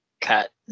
cut